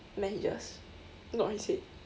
managers not he said